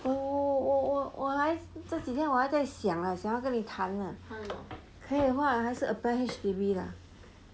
oh oh 我还这几天我还在想 leh 想跟你谈 ah 可以的话还是 apply H_D_B lah